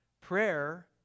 Prayer